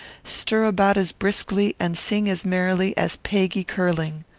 stir about as briskly, and sing as merrily, as peggy curling.